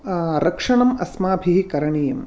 रक्षणम् अस्माभिः करणीयम्